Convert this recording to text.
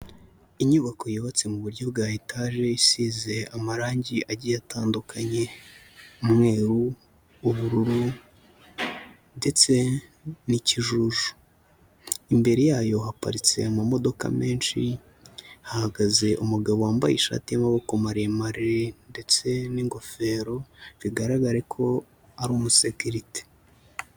Inyubako yubatse mu buryo bwa etage isize amarangi agiye atandukanye, umweru, ubururu ndetse n'ikijiju. Imbere yayo haparitse amamodoka menshi, hahagaze umugabo wambaye ishati y'amaboko maremare ndetse n'ingofero bigaragara ko ari umusekirite.